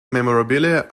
memorabilia